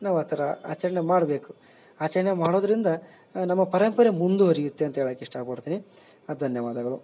ನಾವು ಆ ಥರ ಆಚರಣೆ ಮಾಡಬೇಕು ಆಚರಣೆ ಮಾಡೋದರಿಂದ ನಮ್ಮ ಪರಂಪರೆ ಮುಂದುವರಿಯುತ್ತೆ ಅಂತ ಹೇಳಕ್ಕೆ ಇಷ್ಟಪಡ್ತೀನಿ ಧನ್ಯವಾದಗಳು